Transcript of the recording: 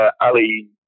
Ali